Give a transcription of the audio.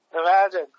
Imagine